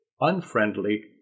unfriendly